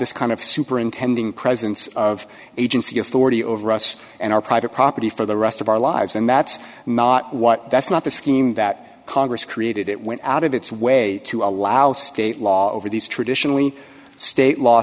this kind of superintending presence of agency authority over us and our private property for the rest of our lives and that's not what that's not the scheme that congress created it went out of its way to allow state law over these traditionally state law